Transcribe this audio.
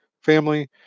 family